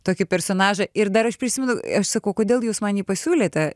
tokį personažą ir dar aš prisimenu sakau kodėl jūs man jį pasiūlėte